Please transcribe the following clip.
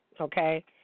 okay